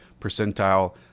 percentile